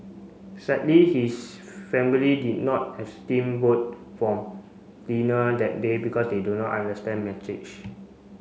sadly his family did not has steam boat from dinner that day because they do not understand message